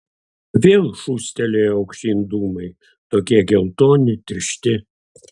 vėl šūstelėjo aukštyn dūmai tokie geltoni tiršti